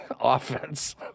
offense